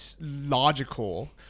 logical